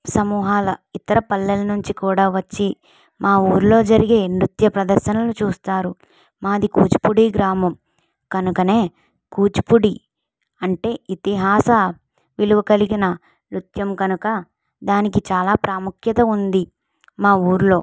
సమూహంలా ఇతర పల్లెల్నుంచి కూడా వచ్చి మా ఊర్లో జరిగే నృత్య ప్రదర్శనలు చూస్తారు మాది కూచిపూడి గ్రామం కనుకనే కూచిపూడి అంటే ఇతిహాస విలువ కలిగిన నృత్యం గనుక దానికి చాలా ప్రాముఖ్యత ఉంది మా ఊర్లో